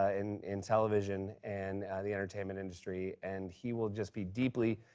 ah in in television, and the entertainment industry. and he will just be deeply,